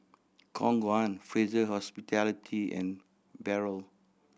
Khong Guan Fraser Hospitality and Barrel